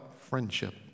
friendship